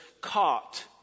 caught